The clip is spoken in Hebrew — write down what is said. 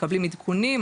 מקבלים עדכונים,